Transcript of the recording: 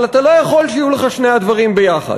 אבל אתה לא יכול שיהיו לך שני הדברים ביחד.